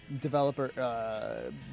developer